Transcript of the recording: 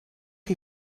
chi